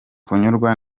kunyurwa